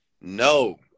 No